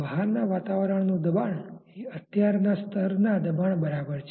બહારના વાતાવરણનુ દબાણ એ અત્યાર ના સ્તર ના દબાણ બરાબર છે